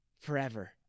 Forever